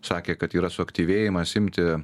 sakė kad yra suaktyvėjimas imti